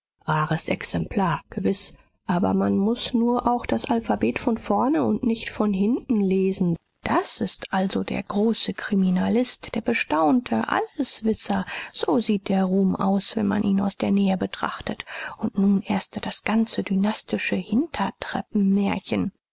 rares exemplar gewiß aber man muß nur auch das alphabet von vorne und nicht von hinten lesen das ist also der große kriminalist der bestaunte alleswisser so sieht der ruhm aus wenn man ihn aus der nähe betrachtet und nun erst das ganze dynastische hintertreppenmärchen